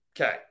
Okay